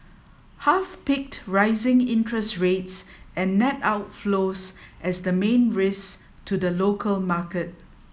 half picked rising interest rates and net outflows as the main risks to the local market